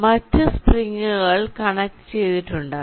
മറ്റു സ്പ്രിങ്ങുകളും കണക്ട് ചെയ്തിട്ടുണ്ടാകാം